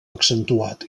accentuat